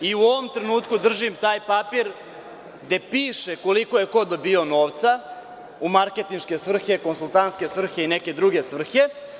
U ovom trenutku držim taj papir gde piše koliko je ko dobijao novca u marketinške svrhe, konsultantske svrhe i neke druge svrhe.